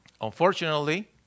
Unfortunately